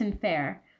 Fair